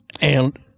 and-